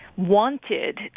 wanted